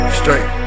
straight